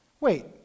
Wait